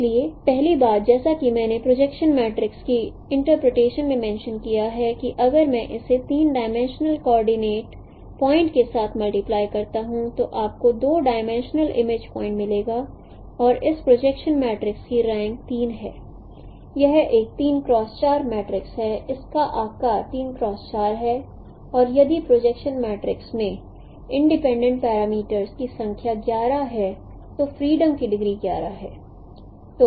इसलिए पहली बात जैसा कि मैंने प्रोजेक्शन मैट्रिक्स की इंटरप्रिटेशन को मेंशं किया है कि अगर मैं इसे 3 डिमेंशनल कोऑर्डिनेट प्वाइंट के साथ मल्टीप्लाई करता हूं तो आपको 2 डिमेंशनल इमेज प्वाइंट मिलेगा और इस प्रोजेक्शन मैट्रिक्स की रैंक 3 है यह एक मैट्रिक्स है इसका आकार है और यदि प्रोजेक्शन मैट्रिक्स में इंडिपेंडेंट पैरामीटर्स की संख्या 11 है तो फ्रीडम की डिग्री 11 है